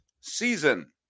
season